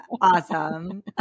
Awesome